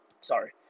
Sorry